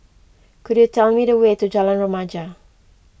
could you tell me the way to Jalan Remaja